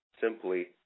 simply